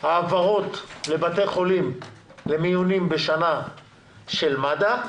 העברות לבתי חולים למיונים בשנה של מד"א,